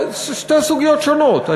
זה שתי סוגיות שונות,